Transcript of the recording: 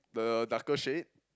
the darker shade